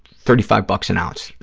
thirty five bucks an ounce.